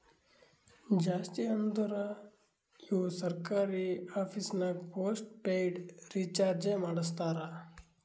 ಜಾಸ್ತಿ ಅಂದುರ್ ಇವು ಸರ್ಕಾರಿ ಆಫೀಸ್ನಾಗ್ ಪೋಸ್ಟ್ ಪೇಯ್ಡ್ ರೀಚಾರ್ಜೆ ಮಾಡಸ್ತಾರ